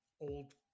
old